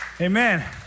Amen